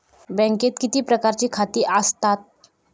बँकेत किती प्रकारची खाती आसतात?